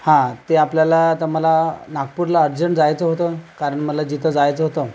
हा ते आपल्याला आता मला नागपूरला अर्जंट जायचं होतं कारण मला जिथं जायचं होतं